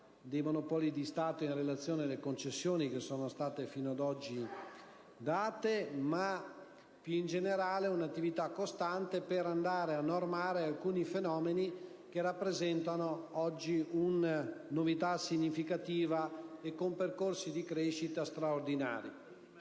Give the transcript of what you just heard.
dei Monopoli di Stato, in relazione alle concessioni fino ad oggi date) ma, più in generale, per svolgere un'attività costante per normare alcuni fenomeni che rappresentano oggi una novità significativa e con percorsi di crescita straordinari.